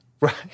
Right